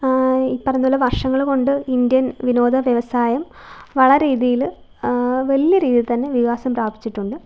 ഈ പറയുന്നപോലെ വർഷങ്ങള്കൊണ്ട് ഇന്ത്യൻ വിനോദ വ്യവസായം വളരീതിയില് വലിയ രീതിയിൽത്തന്നെ വികാസം പ്രാപിച്ചിട്ടുണ്ട്